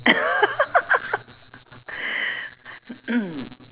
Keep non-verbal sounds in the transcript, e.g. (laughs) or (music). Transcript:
(laughs) (breath) (noise)